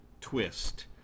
twist